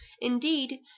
indeed